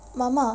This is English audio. mama